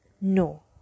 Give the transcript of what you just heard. No